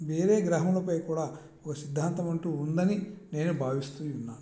వేరే గ్రహములపై కూడా ఒక సిద్ధాంతమంటూ ఉందని నేను భావిస్తూన్నాను